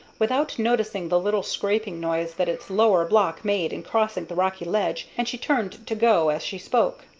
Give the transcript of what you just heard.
without noticing the little scraping noise that its lower block made in crossing the rocky ledge, and she turned to go as she spoke.